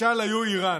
משל היו איראן.